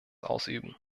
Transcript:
ausüben